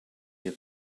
you